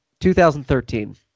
2013